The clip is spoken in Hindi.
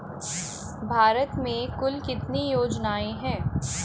भारत में कुल कितनी योजनाएं हैं?